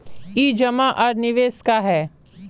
ई जमा आर निवेश का है?